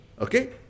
okay